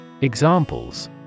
Examples